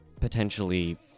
potentially